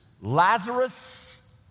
Lazarus